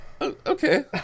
okay